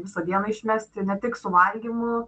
visą dieną išmesti ne tik su valgymu